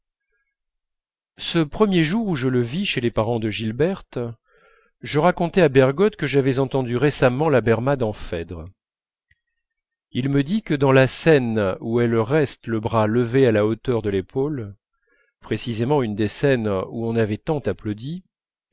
ce premier jour où je le vis chez les parents de gilberte je racontai à bergotte que j'avais entendu récemment la berma dans phèdre il me dit que dans la scène où elle reste le bras levé à la hauteur de l'épaule précisément une des scènes où on avait tant applaudi